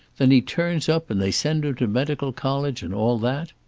then he turns up, and they send him to medical college, and all that.